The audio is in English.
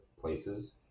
places